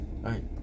right